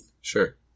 Sure